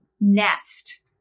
nest